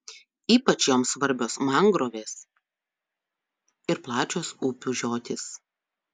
ypač joms svarbios mangrovės ir plačios upių žiotys